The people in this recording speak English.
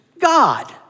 God